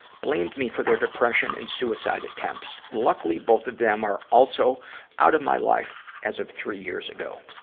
blamed me for their depression and suicide attempts. luckily, both of them are also out of my life as of three years ago.